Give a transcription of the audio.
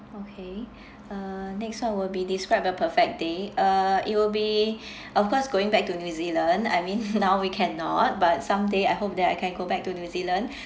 okay uh next one will be describe a perfect day uh it will be of course going back to new zealand I mean now we cannot but someday I hope that I can go back to new zealand